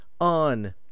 on